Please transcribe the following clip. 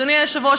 אדוני היושב-ראש,